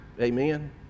Amen